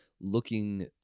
looking